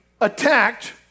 attacked